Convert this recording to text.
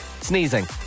sneezing